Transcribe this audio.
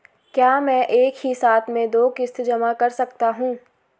क्या मैं एक ही साथ में दो किश्त जमा कर सकता हूँ?